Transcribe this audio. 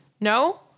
No